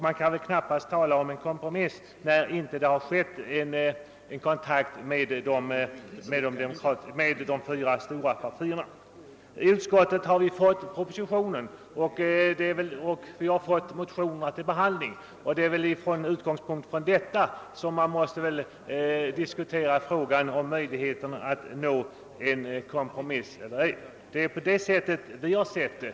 Man kan väl knappast tala om en kompromiss, när inte någon kontakt har förekommit mellan de fyra stora partierna. I utskottet har vi fått propositionen och motionerna till behandling, och det är väl med utgångspunkt från dessa som man måste diskutera frågan om möjligheterna att nå en kompromiss eller inte. Det är på det sättet vi har sett det.